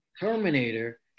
Terminator